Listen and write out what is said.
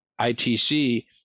ITC